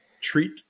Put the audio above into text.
treat